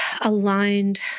aligned